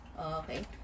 okay